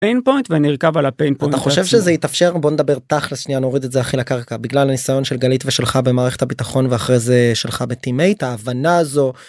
פיינפוינט ואני ארכב על הפיינפוינט אתה חושב שזה יתאפשר בוא נדבר תכלס שנייה נוריד את זה הכי לקרקע בגלל הניסיון של גלית ושלך במערכת הביטחון ואחרי זה שלך Team8 ההבנה הזו